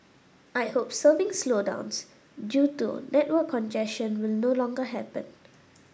I hope surfing slowdowns due to network congestion will no longer happen